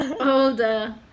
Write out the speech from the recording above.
Older